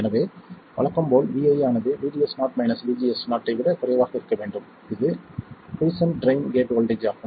எனவே வழக்கம் போல் vi ஆனது VDS0 VGS0 ஐ விட குறைவாக இருக்க வேண்டும் இது குய்சென்ட் ட்ரைன் கேட் வோல்ட்டேஜ் ஆகும்